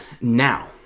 now